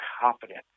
confident